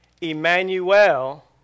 Emmanuel